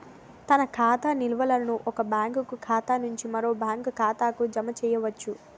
తన ఖాతా నిల్వలను ఒక బ్యాంకు ఖాతా నుంచి మరో బ్యాంక్ ఖాతాకు జమ చేయవచ్చు